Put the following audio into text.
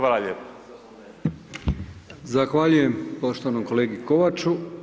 Zahvaljujem poštovanom kolegi Kovaču.